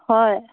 হয়